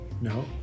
No